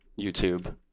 YouTube